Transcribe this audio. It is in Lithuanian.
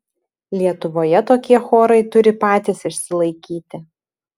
lietuvoje tokie chorai turi patys išsilaikyti